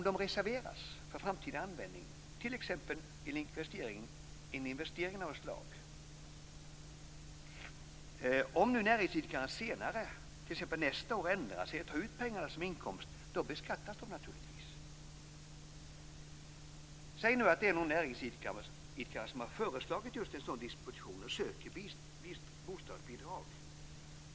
De reserveras för framtida användning, t.ex. en investering av något slag. Om nu näringsidkaren senare, t.ex. nästa år, ändar sig och tar ut pengarna som inkomst beskattas de naturligtvis. Säg nu att det är någon näringsidkare som har föreslagit just en sådan disposition och söker bostadsbidrag.